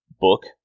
book